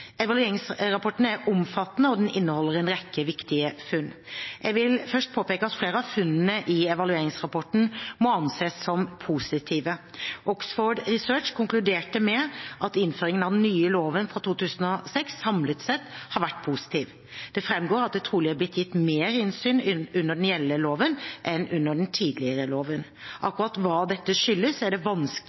Evalueringsrapporten er omfattende, og den inneholder en rekke viktige funn. Jeg vil først påpeke at flere av funnene i evalueringsrapporten må anses som positive. Oxford Research konkluderte med at innføringen av den nye loven fra 2006 samlet sett har vært positiv. Det framgår at det trolig er blitt gitt mer innsyn under den gjeldende loven enn under den tidligere loven. Akkurat hva dette skyldes, er det vanskelig